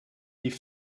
die